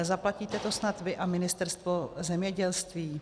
Zaplatíte to snad vy a Ministerstvo zemědělství?